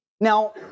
Now